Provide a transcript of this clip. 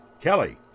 Kelly